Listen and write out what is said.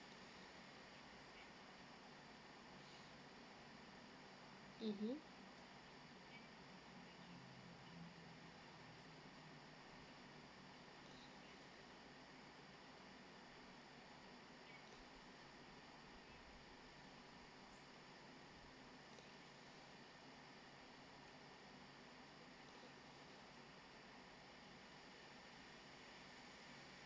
mmhmm